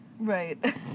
Right